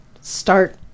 start